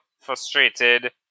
frustrated